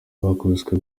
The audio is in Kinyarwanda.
bakubise